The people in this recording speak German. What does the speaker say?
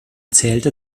zählte